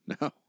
No